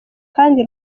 kandi